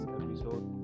episode